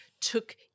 took